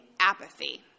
apathy